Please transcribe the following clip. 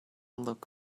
look